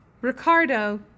Ricardo